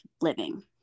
living